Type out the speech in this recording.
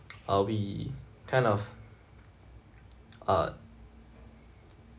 uh we kind of uh